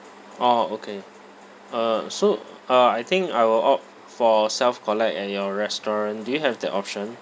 orh okay uh so uh I think I will opt for self collect at your restaurant do you have that option